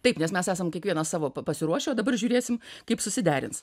taip nes mes esam kiekvienas savo pasiruošę o dabar žiūrėsim kaip susiderins